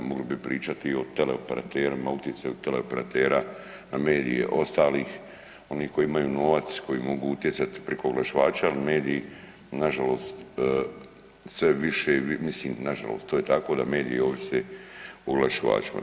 Mogli bi pričati i o teleoperaterima, utjecaju teleoperatera na medije i ostalih, oni koji imaju novac koji mogu utjecati preko oglašivača ali mediji na žalost sve više … mislim na žalost to je tako da mediji ovise o oglašivačima.